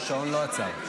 השעון לא עצר.